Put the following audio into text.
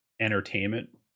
entertainment